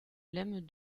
lemme